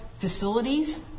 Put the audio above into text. facilities